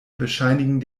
bescheinigen